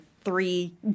three